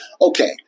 Okay